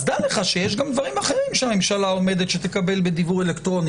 אז דע לך שיש גם דברים אחרים שהממשלה עומדת שתקבל בדיוור אלקטרוני.